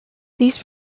these